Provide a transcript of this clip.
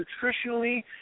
nutritionally